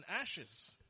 ashes